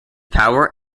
power